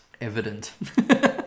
evident